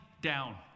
down